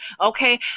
okay